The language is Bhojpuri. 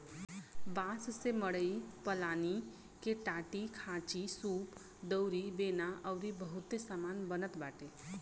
बांस से मड़ई पलानी के टाटीखांचीसूप दउरी बेना अउरी बहुते सामान बनत बाटे